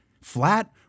flat